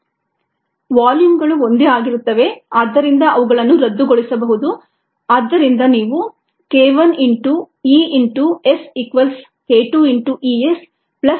k1 E S V k2 ES V k3 ES V volume ಗಳು ಒಂದೇ ಆಗಿರುತ್ತವೆ ಆದ್ದರಿಂದ ಅವುಗಳನ್ನು ರದ್ದುಗೊಳಿಸಬಹುದು ಆದ್ದರಿಂದ ನೀವು k 1into E into S equals k 2 into ES plus k 3 into E S ಪಡೆಯುತ್ತೀರಿ